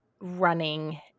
running